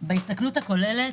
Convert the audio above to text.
בהסתכלות הכוללת